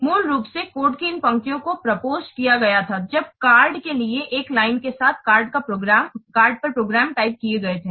मूल रूप से कोड की इन पंक्तियों को प्रोपोसड किया गया था जब कार्ड के लिए एक लाइन के साथ कार्ड पर प्रोग्राम टाइप किए गए थे